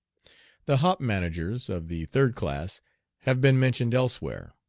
the hop managers of the third class have been mentioned elsewhere.